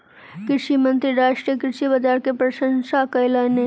कृषि मंत्री राष्ट्रीय कृषि बाजार के प्रशंसा कयलैन